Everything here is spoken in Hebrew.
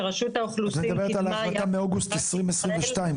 שרשות האוכלוסין קידמה יחד עם --- את מדברת על ההחלטה מ-2022,